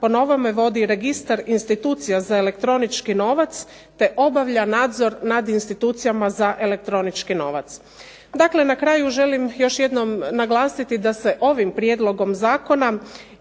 po novome vodi registar institucija za elektronički novac te obavlja nadzor nad institucijama za elektronički novac. Dakle, na kraju želim još jednom naglasiti da ovim Prijedlogom zakona